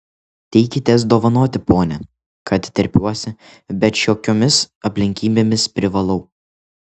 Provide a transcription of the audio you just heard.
teikitės dovanoti pone kad terpiuosi bet šiokiomis aplinkybėmis privalau